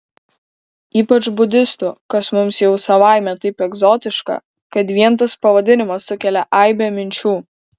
ypač budistų kas mums jau savaime taip egzotiška kad vien tas pavadinimas sukelia aibę minčių